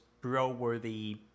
bro-worthy